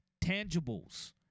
tangibles